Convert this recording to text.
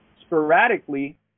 sporadically